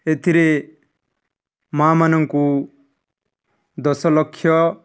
ଏଥିରେ ମା'ମାନଙ୍କୁ ଦଶ ଲକ୍ଷ